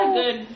good